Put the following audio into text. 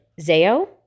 zeo